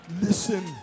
Listen